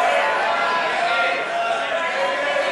ההסתייגויות לסעיף 94, בתי-חולים ממשלתיים,